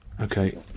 Okay